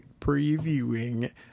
previewing